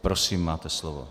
Prosím, máte slovo.